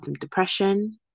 depression